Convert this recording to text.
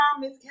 Miss